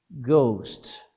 Ghost